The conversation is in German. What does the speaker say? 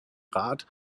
rat